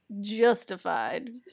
justified